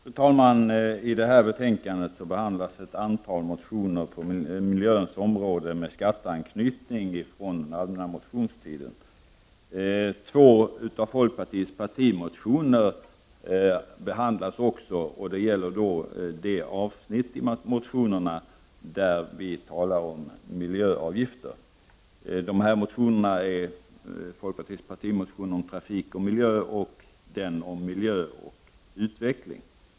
Fru talman! I detta betänkande behandlas ett antal motioner rörande frågor om miljön och med skatteanknytning, alla från den allmänna motionstiden. Två av folkpartiets partimotioner behandlas också, och behandlingen avser då de avsnitt i motionerna som rör miljöavgifter. Motionerna är folkpartiets partimotioner om trafik och miljö samt motionen om miljö och utveckling.